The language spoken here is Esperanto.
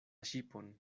ŝipon